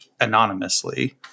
anonymously